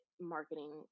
marketing